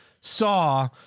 saw